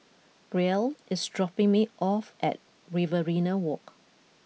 Brielle is dropping me off at Riverina Walk